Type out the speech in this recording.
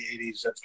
80s